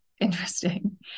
interesting